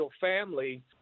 family